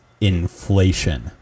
inflation